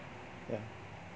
yeah